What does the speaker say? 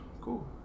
Cool